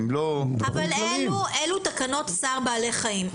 אבל אלה תקנות צער בעלי חיים.